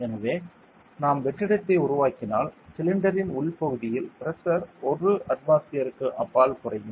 எனவே நாம் வெற்றிடத்தை உருவாக்கினால் சிலிண்டரின் உள்பகுதியின் பிரஷர் 1 அட்மாஸ்பியர்க்கு அப்பால் குறையும்